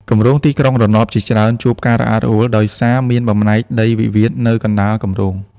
គម្រោងទីក្រុងរណបជាច្រើនជួបការរអាក់រអួល ដោយសារមានបំណែកដីវិវាទនៅកណ្ដាលគម្រោង។